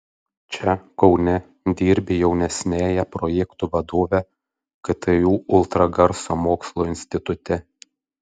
čia kaune dirbi jaunesniąja projektų vadove ktu ultragarso mokslo institute